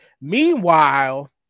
Meanwhile